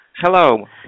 Hello